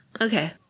Okay